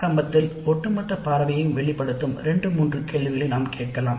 ஆரம்பத்தில் ஒட்டுமொத்த பார்வையை வெளிப்படுத்தும் 2 3 கேள்விகளை நாம் கொண்டிருக்கலாம்